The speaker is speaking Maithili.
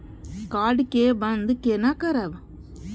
कार्ड के बन्द केना करब?